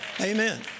Amen